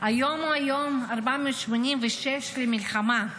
היום ה-486 למלחמה.